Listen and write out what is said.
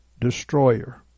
destroyer